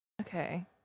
Okay